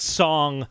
song